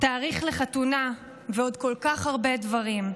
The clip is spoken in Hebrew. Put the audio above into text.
תאריך לחתונה ועוד כל כך הרבה דברים.